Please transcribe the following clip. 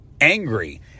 angry